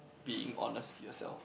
being honest to yourself